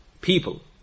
people